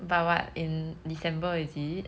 but what in december is it